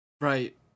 right